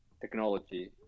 technology